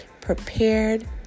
prepared